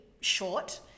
short